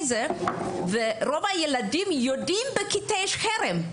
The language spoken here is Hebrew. רוב הילדים יודעים שבכיתה מתקיים חרם.